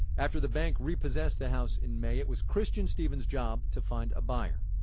after the bank repossessed the house in may, it was christian stevens' job to find a buyer.